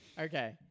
Okay